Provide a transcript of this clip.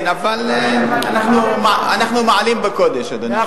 כן, אבל אנחנו מעלים בקודש, אדוני.